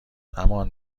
همان